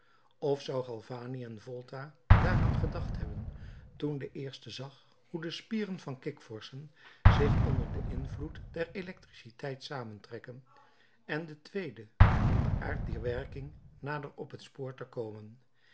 zouden galvani en volta daaraan gedacht hebben toen de eerste zag hoe de spieren van kikvorschen zich onder den invloed der elektriciteit zamentrekken en de tweede om den aard dier werking nader op het spoor te komen